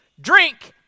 drink